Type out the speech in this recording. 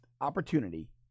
opportunity